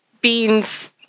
beans